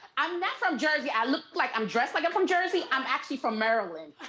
i'm not from jersey, i look, like i'm dressed like i'm from jersey, i'm actually from maryland.